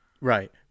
Right